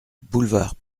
boulevard